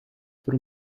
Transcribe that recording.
por